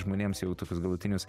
žmonėms jau tokius galutinius